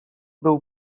był